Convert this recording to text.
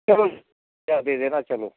चलो चार दे देना चलो